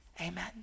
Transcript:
Amen